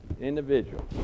Individual